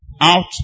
out